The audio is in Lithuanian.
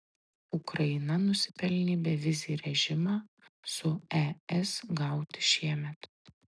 ukraina nusipelnė bevizį režimą su es gauti šiemet